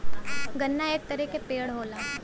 गन्ना एक तरे क पेड़ होला